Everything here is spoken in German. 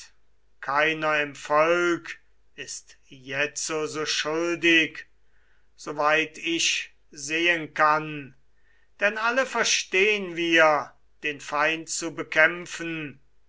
keiner im volk ist jetzo schuldig so weit ich sehen kann denn alle verstehn wir den feind zu bekämpfen